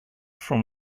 from